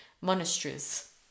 monasteries